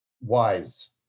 wise